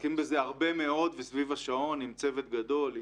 מתעסקים בזה הרבה מאוד וסביב השעון, עם צוות גדול.